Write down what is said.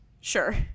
sure